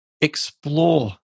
explore